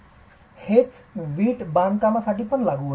हेच वीट बांधकामासाठी साठी लागू होते